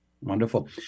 Wonderful